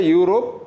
Europe